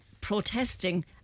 protesting